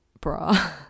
bra